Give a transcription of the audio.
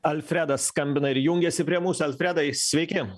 alfredas skambina ir jungiasi prie mūsų alfredai sveiki